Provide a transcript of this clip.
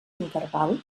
interval